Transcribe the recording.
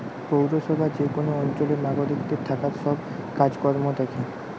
পৌরসভা যে কোন অঞ্চলের নাগরিকদের থাকার সব কাজ কর্ম দ্যাখে